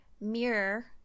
mirror